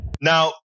Now